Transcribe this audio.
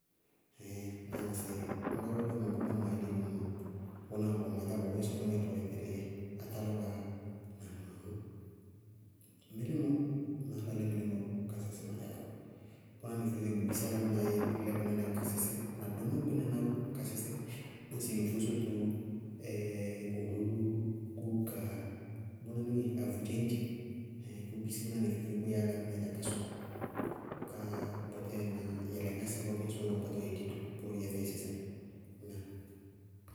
Ɛɛɛɩŋ na ŋsɩ lɔwɔ-lɔwɔ mɔ bɔɔ má wáana maá di mɔ mɔ, bʋná bʋwɛ ma dzaá bʋʋyɛ sɔrɔníŋɛ tʋʋlɛ tɛlɩídzɛ átálʋbaá yá na gmaawʋ, milímɔ, maá lalí mɩlímɔ ka sísí ma dzaá ró. Bʋná níŋɛ feé-feé bʋ bisí álámɩnáá lɛ bí ka sísí na domóo kpínaná ró ka sísí: ŋsɩ yofósoto, olúlú, kúúka, bʋnáníŋɛ, afudzéñdzé. Ɛhɛɛŋ bʋʋ bisí bʋnáníŋɛ feé yɛ álámɩná dzá ka sɔkɔ. Bʋká bʋtɛɛ na yɛlɩŋásɛ bɔɔ bíɩ ŋsɩ ɔɔ gɛ ɔ kpátá ɔ yɛ dito, bʋyɛ fɛɩ sɩsɛɩ. Ŋnáa?